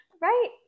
right